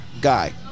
guy